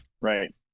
Right